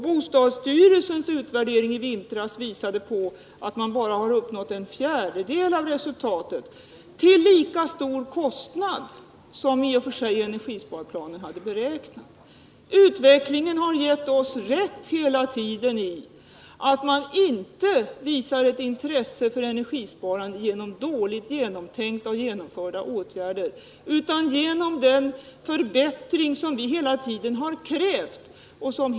Bostadsstyrelsens utvärdering i vintras visade att man bara har uppnått en fjärdedel av det väntade resultatet men till lika stora kostnader som energisparplanen hade beräknat. Utvecklingen har hela tiden gett oss socialdemokrater rätt i vår uppfattning att man inte visar intresse för energisparande genom dåligt genomtänkta och dåligt genomförda åtgärder utan genom den förbättring som vi hela tiden har krävt.